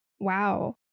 wow